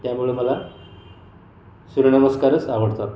त्यामुळे मला सूर्यनमस्कारच आवडतात